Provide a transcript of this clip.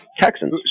Texans